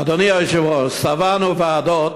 אדוני היושב-ראש, שבענו ועדות,